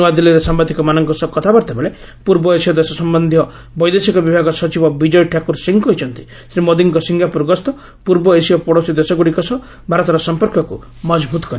ନୂଆଦିଲ୍ଲୀରେ ସାମ୍ବାଦିକମାନଙ୍କ ସହ କଥାବାର୍ତ୍ତା ବେଳେ ପୂର୍ବ ଏସିୟ ଦେଶ ସମ୍ଭନ୍ଧୀୟ ବୈଦେଶିକ ବିଭାଗ ସଚିବ ବିଜୟ ଠାକୁର ସିଂହ କହିଛନ୍ତି ଶ୍ରୀ ମୋଦିଙ୍କ ସିଙ୍ଗାପୁର ଗସ୍ତ ପୂର୍ବ ଏସିୟ ପଡ଼ୋଶୀ ଦେଶଗୁଡ଼ିକ ସହ ଭାରତର ସମ୍ପର୍କକୁ ମକଭୁତ କରିବ